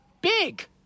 Big